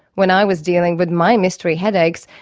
when i was dealing with my mystery headaches,